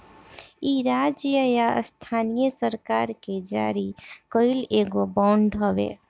इ राज्य या स्थानीय सरकार के जारी कईल एगो बांड हवे